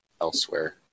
elsewhere